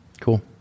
Cool